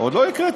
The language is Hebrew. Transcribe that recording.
עוד לא הקראתי,